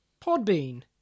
Podbean